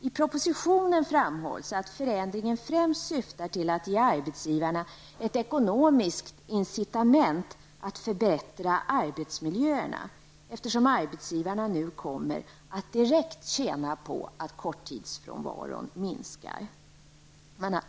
I propositionen framhålls att förändringen främst syftar till att ge arbetsgivarna ett ekonomiskt incitament att förbättra arbetsmiljöerna, eftersom arbetsgivarna nu kommer att direkt tjäna på att korttidsfrånvaron minskar.